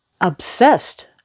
obsessed